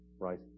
right